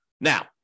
Now